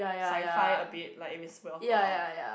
scifi a bit like if it's well thought out